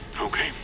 Okay